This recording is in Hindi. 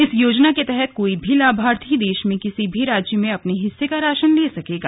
इस योजना के तहत कोई भी लाभार्थी देश में किसी भी राज्य में अपने हिस्से का राशन ले सकेगा